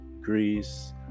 Greece